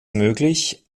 möglich